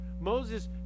Moses